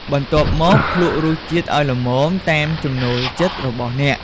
បន្ទាប់មកភ្លក្សរសជាតិឲ្យល្មម តាមចំណូលចិត្តរបស់អ្នក។